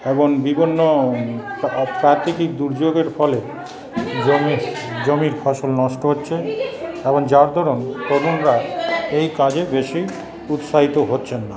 এবং বিভিন্ন প্রাকৃতিক দুর্যোগের ফলে জমি জমির ফসল নষ্ট হচ্ছে এবং যার দরুন তরুণরা এই কাজে বেশি উৎসাহিত হচ্ছেননা